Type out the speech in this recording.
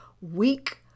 weak